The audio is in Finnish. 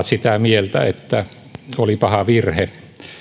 sitä mieltä että oli paha virhe